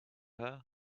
her